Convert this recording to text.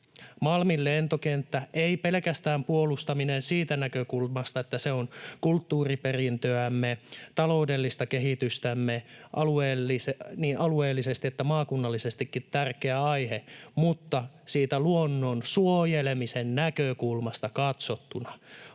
Malmin lentokenttää ei pelkästään siitä näkökulmasta katsottuna, että se on kulttuuriperintöämme, taloudellista kehitystämme, niin alueellisesti kuin maakunnallisestikin tärkeä aihe mutta siitä luonnon suojelemisen näkökulmasta katsottuna.